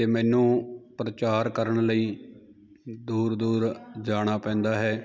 ਅਤੇ ਮੈਨੂੰ ਪ੍ਰਚਾਰ ਕਰਨ ਲਈ ਦੂਰ ਦੂਰ ਜਾਣਾ ਪੈਂਦਾ ਹੈ